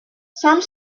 some